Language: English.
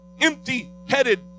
empty-headed